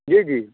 जी जी